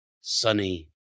sunny